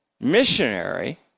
missionary